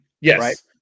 Yes